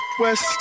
west